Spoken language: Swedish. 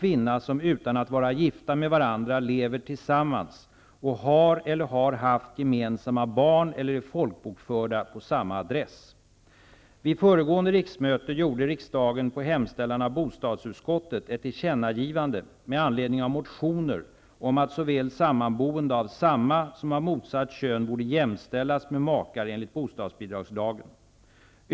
Vid föregående riksmöte gjorde riksdagen på hemställan av bostadsutskottet ett tillkännagivande med anledning av motioner om att sammanboende av såväl samma som av motsatt kön borde jämställas med makar enligt bostadbidragslagen .